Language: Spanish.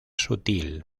sutil